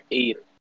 eight